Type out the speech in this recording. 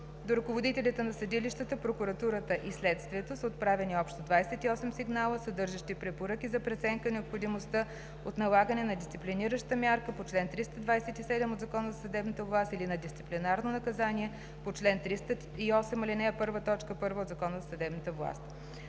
До ръководителите на съдилищата, прокуратурата и следствието са отправени общо 28 сигнала, съдържащи препоръки за преценка необходимостта от налагане на дисциплинираща мярка по чл. 327 от Закона за съдебната власт или на дисциплинарно наказание по чл. 308 ал.